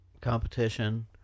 competition